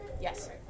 Yes